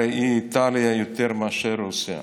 הרי היא איטליה יותר מאשר רוסיה".